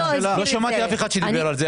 לא שמעתי אף אחד שדיבר על זה.